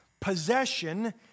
Possession